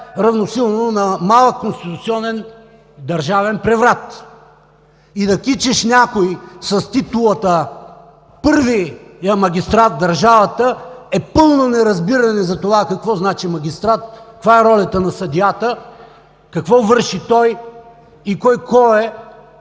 равносилно на малък конституционен държавен преврат. И да кичиш някой с титулата „първият магистрат в държавата“ е пълно неразбиране на това какво значи „магистрат“, каква е ролята на съдията, какво върши той и кой кой е